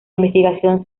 investigación